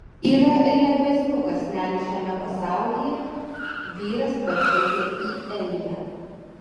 yra ir lengvesnių kąsnelių šiame pasaulyje vyras pažvelgia į eliją